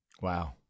Wow